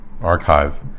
archive